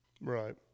Right